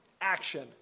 action